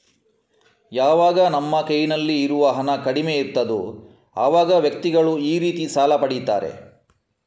ಯಾವಾಗ ನಮ್ಮ ಕೈನಲ್ಲಿ ಇರುವ ಹಣ ಕಡಿಮೆ ಇರ್ತದೋ ಅವಾಗ ವ್ಯಕ್ತಿಗಳು ಈ ರೀತಿ ಸಾಲ ಪಡೀತಾರೆ